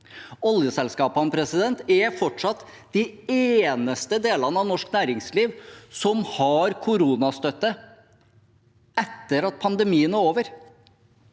Oljeselskapene er fortsatt de eneste i norsk næringsliv som har koronastøtte etter at pandemien er over.